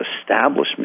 establishment